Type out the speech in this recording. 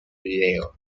video